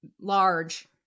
large